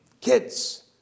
Kids